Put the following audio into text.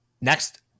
Next